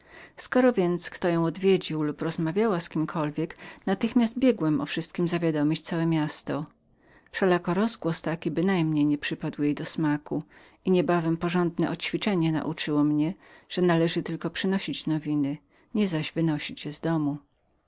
skoro więc kto ją odwiedził lub rozmawiała z kimkolwiek natychmiast biegłem o wszystkiem uwiadomić całe miasto wszelako rozgłos ten jej czynności wcale nie przypadł jej do smaku i niebawem porządne oćwiczenie nauczyło mnie że należało tylko przynosić nowiny nie zaś wynosić je z domu